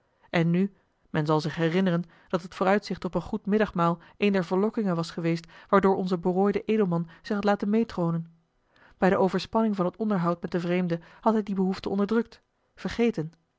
en nu men zal zich herinneren dat het vooruitzicht op een goed middagmaal een der verlokkingen was geweest waardoor onze berooide edelman zich had laten meêtroonen bij de overspanning van het onderhoud met den vreemde had hij die behoefte onderdrukt vergeten